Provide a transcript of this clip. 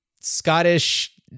Scottish